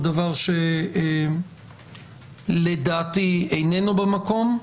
דבר שלדעתי איננו במקום,